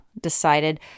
decided